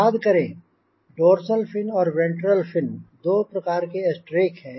याद करें dorsal fin और वेंट्रल फिन दो प्रकार के स्ट्रेक हैं